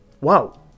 Wow